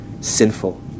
sinful